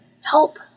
help